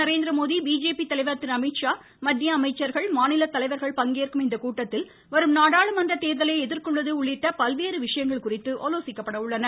Narendra Modi BJP தலைவர் அமைச்சர்கள் மாநிலத்தலைவர்கள் பங்கேற்கும் இக்கூட்டத்தில் வரும் நாடாளுமன்ற தேர்தலை எதிர்கொள்வது உள்ளிட்ட பல்வேறு விஷயங்கள் குறித்து ஆலோசிக்கப்பட உள்ளன